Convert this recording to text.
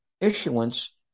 issuance